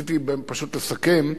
רציתי פשוט לסכם.